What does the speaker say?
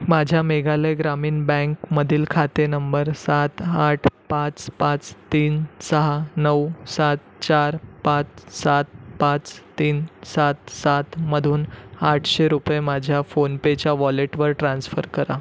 माझ्या मेघालय ग्रामीण बँकमधील खाते नंबर सात आठ पाच पाच तीन सहा नऊ सात चार पाच सात पाच तीन सात सातमधून आठशे रुपये माझ्या फोनपेच्या वॉलेटवर ट्रान्स्फर करा